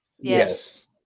Yes